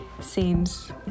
seems